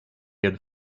had